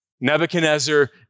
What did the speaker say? Nebuchadnezzar